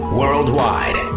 worldwide